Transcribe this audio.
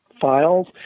files